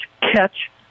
catch